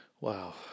Wow